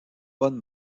bonne